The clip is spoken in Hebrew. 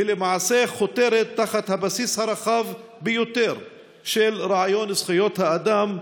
"ולמעשה חותרת תחת הבסיס הרחב ביותר של רעיון זכויות האדם,